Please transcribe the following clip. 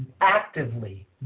actively